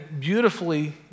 beautifully